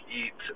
eat